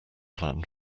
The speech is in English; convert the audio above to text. plan